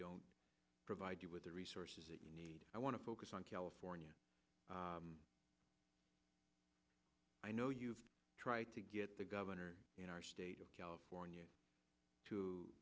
don't provide you with the resources that you need i want to focus on california i know you try to get the governor in our state of california to